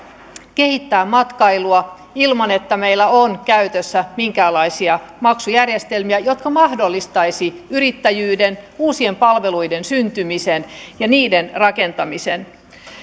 kehittää matkailua ilman että meillä on käytössä minkäänlaisia maksujärjestelmiä jotka mahdollistaisivat yrittäjyyden uusien palveluiden syntymisen ja niiden rakentamisen